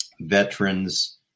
veterans